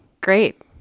Great